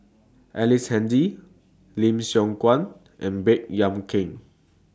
Ellice Handy Lim Siong Guan and Baey Yam Keng